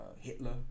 Hitler